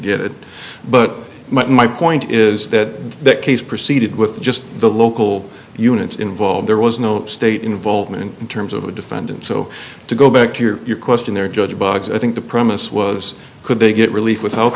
get it but my point is that that case proceeded with just the local units involved there was no state involvement in terms of a defendant so to go back to your question there judge bugs i think the promise was could they get relief with